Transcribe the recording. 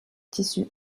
tissu